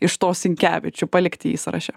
iš to sinkevičių palikti jį sąraše